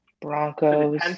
Broncos